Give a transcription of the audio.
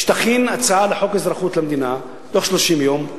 שתכין הצעה לחוק האזרחות למדינה, בתוך 30 יום,